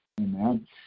amen